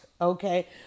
okay